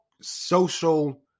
social